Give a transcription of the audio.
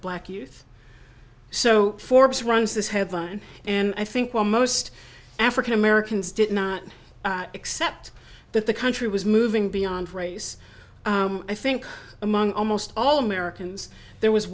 black youth so forbes runs this headline and i think while most african americans did not accept that the country was moving beyond race i think among almost all americans there was